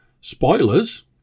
Spoilers